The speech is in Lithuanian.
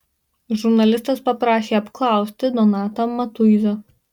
žurnalistas paprašė apklausti donatą matuizą